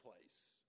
place